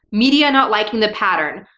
media not liking the pattern.